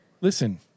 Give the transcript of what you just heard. Listen